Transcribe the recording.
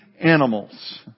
animals